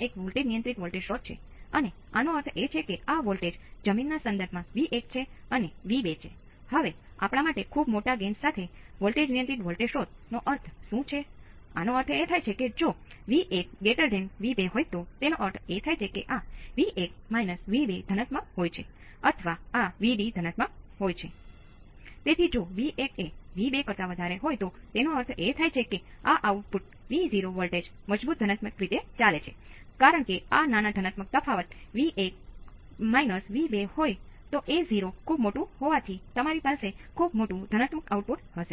× R2 ભાંગ્યા R1 જેવું જ પણ છે